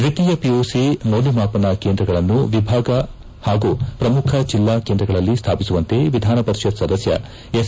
ದ್ವಿತೀಯ ಪಿಯುಸಿ ಮೌಲ್ಯಮಾಪನ ಕೇಂದ್ರಗಳನ್ನು ವಿಭಾಗ ಪಾಗೂ ಪ್ರಮುಖ ಜಿಲ್ಲಾ ಕೇಂದ್ರಗಳಲ್ಲಿ ಸ್ಥಾಪಿಸುವಂತೆ ವಿಧಾನಪರಿಷತ್ ಸದಸ್ಯ ಎಸ್